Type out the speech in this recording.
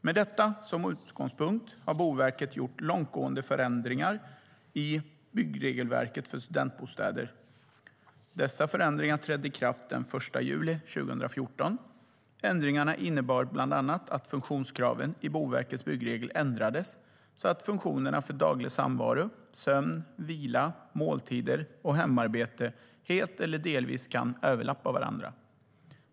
Med detta som utgångspunkt har Boverket gjort långtgående förändringar i byggregelverket för studentbostäder. Dessa förändringar trädde i kraft den 1 juli 2014. Ändringarna innebar bland annat att funktionskraven i Boverkets byggregler ändrades så att funktionerna för daglig samvaro, sömn/vila, måltider och hemarbete helt eller delvis kan överlappa varandra.